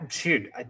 Dude